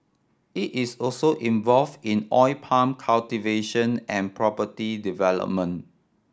it is also involve in oil palm cultivation and property development